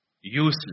useless